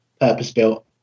purpose-built